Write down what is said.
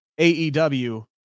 AEW